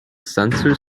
sensor